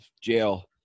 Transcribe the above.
jail